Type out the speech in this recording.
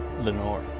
Lenore